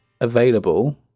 available